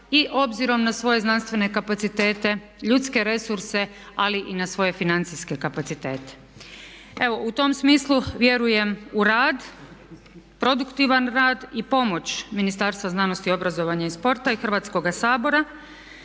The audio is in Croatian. I obzirom na svoje znanstvene kapacitete, ljudske resurse, ali i na svoje financijske kapacitete. Evo u tom smislu vjerujem u rad, produktivan rad i pomoć Ministarstva znanosti, obrazovanja i sporta i Hrvatskoga sabora